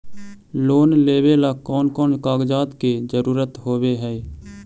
Loan लेबे ला कौन कौन कागजात के जरुरत होबे है?